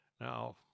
Now